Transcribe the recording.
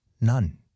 none